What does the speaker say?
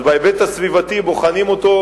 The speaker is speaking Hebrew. אז בהיבט הסביבתי בוחנים אותו,